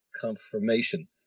confirmation